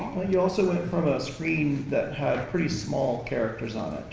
you also went from a screen that had pretty small characters on